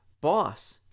boss